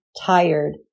tired